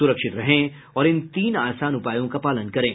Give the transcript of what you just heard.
सुरक्षित रहें और इन तीन आसान उपायों का पालन करें